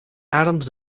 adams